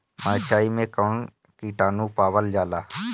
मारचाई मे कौन किटानु पावल जाला?